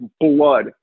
blood